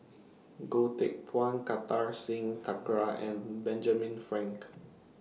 Goh Teck Phuan Kartar Singh Thakral and Benjamin Frank